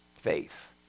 Faith